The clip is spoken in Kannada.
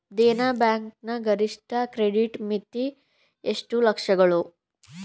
ದೇನಾ ಬ್ಯಾಂಕ್ ನ ಗರಿಷ್ಠ ಕ್ರೆಡಿಟ್ ಮಿತಿ ಎಷ್ಟು ಲಕ್ಷಗಳು?